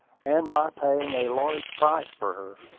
and by paying a large price for her,